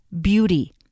beauty